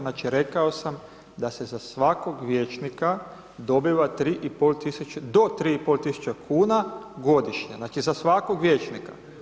Znači, rekao sam da se za svakog vijećnika dobiva 3500, do 3500 kuna godišnje, znači za svakog vijećnika.